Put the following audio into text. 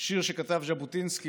שיר שכתב ז'בוטינסקי.